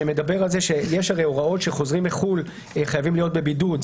שיש הרי הוראות שחוזרים מחו"ל חייבים להיות בבידוד,